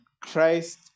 Christ